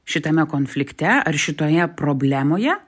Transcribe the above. šitame konflikte ar šitoje problemoje